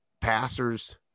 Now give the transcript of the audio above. passers